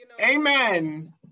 Amen